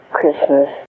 Christmas